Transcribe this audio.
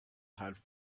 had